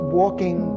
walking